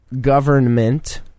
government